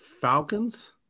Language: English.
Falcons